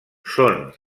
són